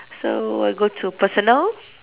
so let go to personal